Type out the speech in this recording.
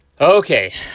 Okay